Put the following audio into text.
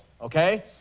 okay